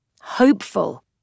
Hopeful